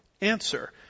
Answer